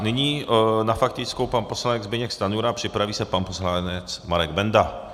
Nyní na faktickou pan poslanec Zbyněk Stanjura, připraví se pan poslanec Marek Benda.